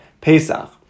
Pesach